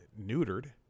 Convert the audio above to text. neutered